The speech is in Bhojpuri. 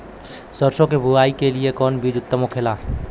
सरसो के बुआई के लिए कवन बिज उत्तम होखेला?